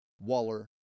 Waller